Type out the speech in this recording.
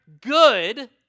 good